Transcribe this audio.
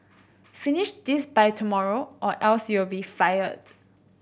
finish this by tomorrow or else you'll be fired